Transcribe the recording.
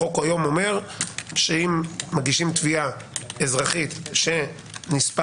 החוק היום אומר שאם מגישים תביעה אזרחית שנספחת